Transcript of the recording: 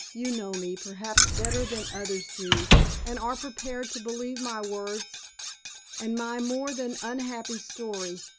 you know me perhaps better than others do and are prepared to believe my words and my more than unhappy story.